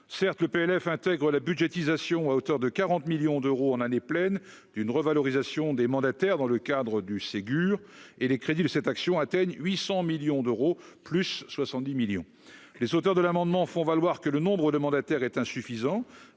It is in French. certes le PLF intègre la budgétisation à hauteur de 40 millions d'euros en année pleine d'une revalorisation des mandataires dans le cadre du Ségur et les crédits de cette action atteignent 800 millions d'euros, plus 70 millions les auteurs de l'amendement font valoir que le nombre de mandataires est insuffisant